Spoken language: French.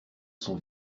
son